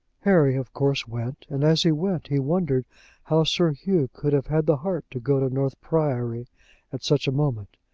harry, of course, went, and as he went, he wondered how sir hugh could have had the heart to go to north priory at such a moment.